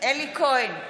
אלי כהן,